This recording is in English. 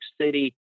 City